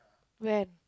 when